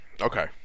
Okay